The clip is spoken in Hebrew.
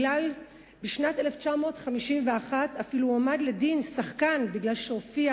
בשנת 1951 אפילו הועמד לדין שחקן משום שהופיע